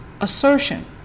assertion